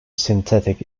synthetic